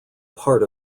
part